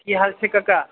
कि हाल छै कका